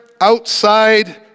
outside